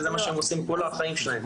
וזה מה שהם עושים כל החיים שלהם,